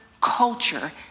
culture